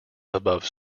above